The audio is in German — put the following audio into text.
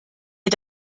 ihr